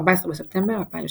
14 בספטמבר 2012